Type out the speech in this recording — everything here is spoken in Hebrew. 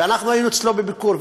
והיינו אצלו בביקור,